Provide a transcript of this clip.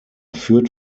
führt